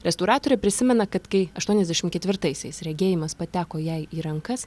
restauratorė prisimena kad kai aštuoniasdešim ketvirtaisiais regėjimas pateko jai į rankas